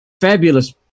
fabulous